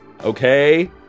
Okay